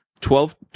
Twelve